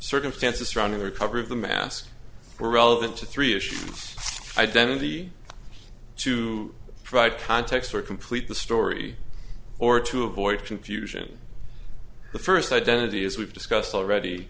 circumstances surrounding the recovery of the mask were relevant to three issues identity to provide context or complete the story or to avoid confusion the first identity as we've discussed already